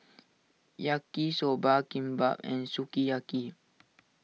Yaki Soba Kimbap and Sukiyaki